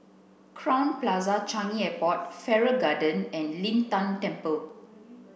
Crowne Plaza Changi Airport Farrer Garden and Lin Tan Temple